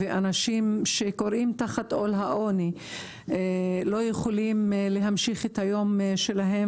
אנשים שכורעים תחת עול העוני לא יכולים להמשיך את היום שלהם